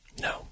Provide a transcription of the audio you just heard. No